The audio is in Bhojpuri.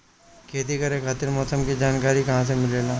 खेती करे खातिर मौसम के जानकारी कहाँसे मिलेला?